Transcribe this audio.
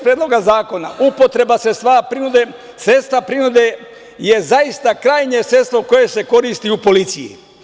Predloga zakona, upotreba sredstava prinude je zaista krajnje sredstvo koje se koristi u policiji.